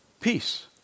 peace